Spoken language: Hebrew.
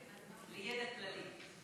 אני רק רוצה, תיקון קטן, ככה, לשר, לידע כללי,